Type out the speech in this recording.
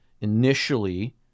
initially